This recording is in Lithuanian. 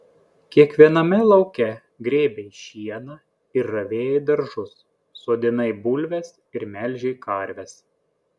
kiekviename lauke grėbei šieną ir ravėjai daržus sodinai bulves ir melžei karves